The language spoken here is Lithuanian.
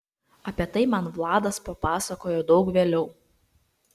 apie tai man vladas papasakojo daug vėliau